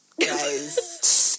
guys